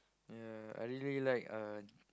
ya I really like a